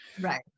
Right